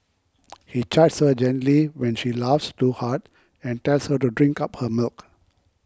he chides her gently when she laughs too hard and tells her to drink up her milk